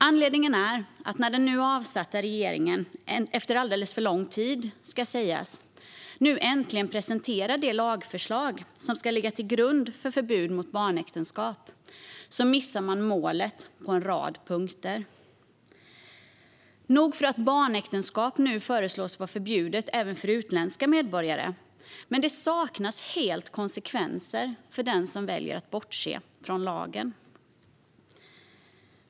Anledningen är att när den nu avsatta regeringen - efter alldeles för lång tid, ska sägas - nu äntligen presenterar det lagförslag som ska ligga till grund för förbud mot barnäktenskap missar man målet på en rad punkter. Nog för att barnäktenskap nu föreslås vara förbjudet även för utländska medborgare, men det saknas helt konsekvenser för den som väljer att bortse från lagen.